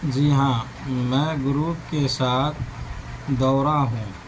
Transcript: جی ہاں میں گروپ کے ساتھ دوڑا ہوں